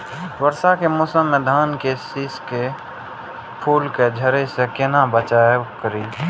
वर्षा के मौसम में धान के शिश के फुल के झड़े से केना बचाव करी?